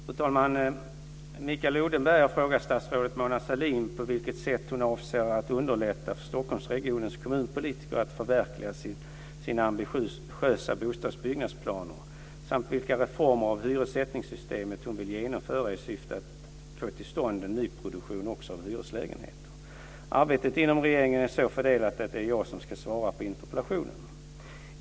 Fru talman! Mikael Odenberg har frågat statsrådet Mona Sahlin på vilket sätt hon avser att underlätta för Stockholmsregionens kommunpolitiker att förverkliga sina ambitiösa bostadsbyggnadsplaner samt vilka reformer av hyressättningssystemet hon vill genomföra i syfte att få till stånd en nyproduktion också av hyreslägenheter. Arbetet inom regeringen är så fördelat att det är jag som ska svara på interpellationen.